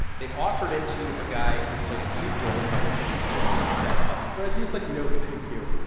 they offered it to a guy who had played a huge role in helping social security get set up but he was like, no, thank you.